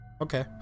Okay